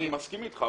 אני מסכים איתך,